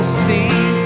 see